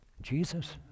Jesus